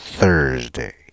Thursday